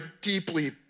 deeply